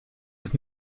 with